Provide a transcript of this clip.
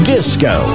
Disco